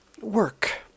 Work